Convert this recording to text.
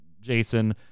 Jason